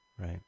Right